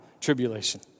tribulation